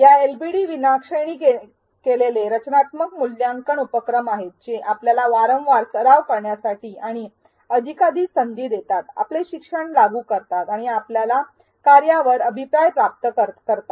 या एलबीडी विना श्रेणी केलेले रचनात्मक मूल्यांकन उपक्रम आहेत जे आपल्याला वारंवार सराव करण्यासाठी आणि अधिकाधिक संधी देतात आपले शिक्षण लागू करा आणि आपल्या कार्यावर अभिप्राय प्राप्त करा